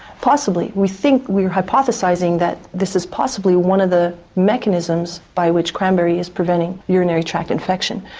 possibly. we think, we're hypothesising that this is possibly one of the mechanisms by which cranberry is preventing urinary tract infection,